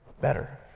better